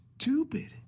Stupid